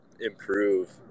improve